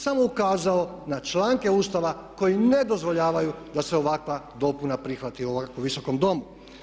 Samo ukazao na članke Ustava koji ne dozvoljavaju da se ovakva dopuna prihvati u ovom Visokom domu.